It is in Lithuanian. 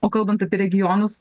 o kalbant apie regionus